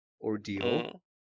ordeal